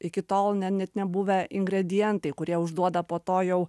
iki tol ne net nebuvę ingredientai kurie užduoda po to jau